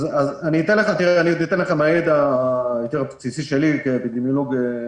אני אתן לך מהידע הבסיסי שלי כאפידמיולוג,